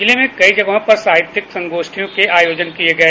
जिले में कई जगहों पर साहित्यिक संगोष्ठियो के आयोजन किये गए